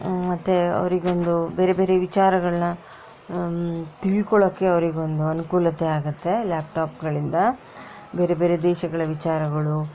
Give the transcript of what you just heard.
ಮತ್ತು ಅವರಿಗೊಂದು ಬೇರೆ ಬೇರೆ ವಿಚಾರಗಳನ್ನ ತಿಳ್ಕೊಳ್ಳೋಕ್ಕೆ ಅವರಿಗೊಂದು ಅನುಕೂಲತೆ ಆಗತ್ತೆ ಲ್ಯಾಪ್ಟಾಪ್ಗಳಿಂದ ಬೇರೆ ಬೇರೆ ದೇಶಗಳ ವಿಚಾರಗಳು